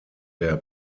der